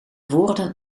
woorden